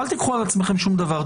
אל תיקחו על עצמכם שום דבר.